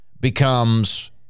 becomes